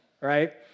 right